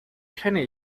kenne